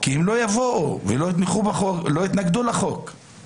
כי הם לא יבואו ולא יתמכו בחוק ולא יתנגדו לחוק.